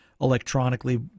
electronically